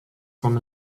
from